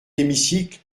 hémicycle